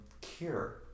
cure